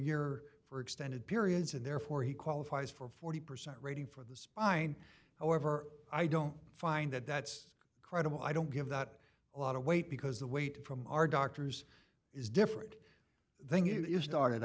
year for extended periods and therefore he qualifies for forty percent rating for the spine however i don't find that that's credible i don't give that a lot of weight because the weight from our doctors is different then you started